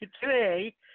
today